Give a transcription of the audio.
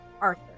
Arthur